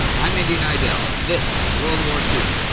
i'm indy neidell this is world war two.